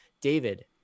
David